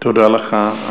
תודה לך.